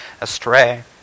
astray